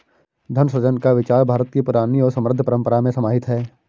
धन सृजन का विचार भारत की पुरानी और समृद्ध परम्परा में समाहित है